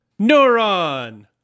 Neuron